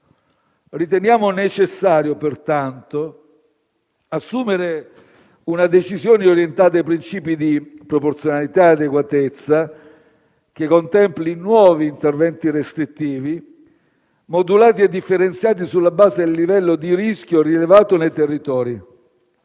riteniamo necessario assumere una decisione, orientata ai principi di proporzionalità e adeguatezza, che contempli nuovi interventi restrittivi, modulati e differenziati sulla base del livello di rischio rilevato nei territori.